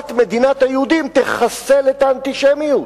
הקמת מדינת היהודים תחסל את האנטישמיות.